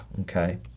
Okay